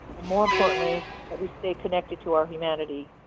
and more importantly, that we stay connected to our humanity.